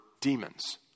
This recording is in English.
demons